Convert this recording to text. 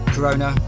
Corona